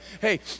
hey